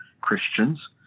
Christians